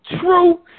true